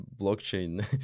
blockchain